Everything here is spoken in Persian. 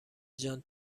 جان